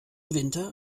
winter